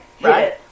Right